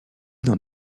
dans